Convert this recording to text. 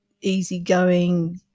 easygoing